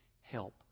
help